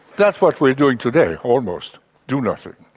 that's what we're doing today almost do nothing.